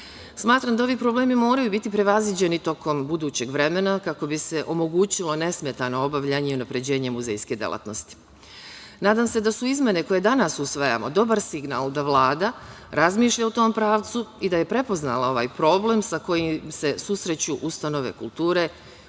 muzeja. Smatram da ovi problemi moraju biti prevaziđeni tokom budućeg vremena, kako bi se omogućilo nesmetano obavljanje i unapređenje muzejske delatnosti. Nadam se da su izmene koje danas usvajamo dobar signal da Vlada razmišlja u tom pravcu i da je prepoznala ovaj problem sa kojim se susreću ustanove kulture